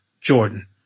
Jordan